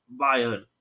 Bayern